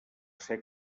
ser